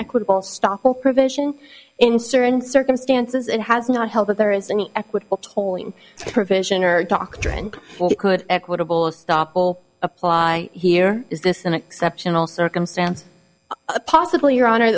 equitable stop or provision in certain circumstances and has not held that there is any equitable tolling provision or doctrine could equitable stoppel apply here is this an exceptional circumstance possibly your honor